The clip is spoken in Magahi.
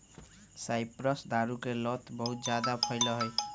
साइप्रस दारू के लता बहुत जादा फैला हई